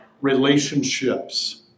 relationships